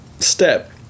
step